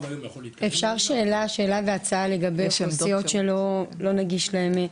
אפשר שאלה והצעה לגבי אוכלוסיות שלא נגיש להם?